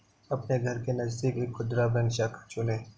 अपने घर के नजदीक एक खुदरा बैंक शाखा चुनें